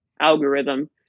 algorithm